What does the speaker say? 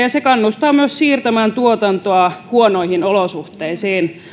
ja se kannustaa myös siirtämään tuotantoa huonoihin olosuhteisiin